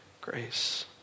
grace